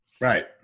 Right